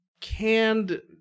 canned